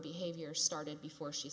behavior started before she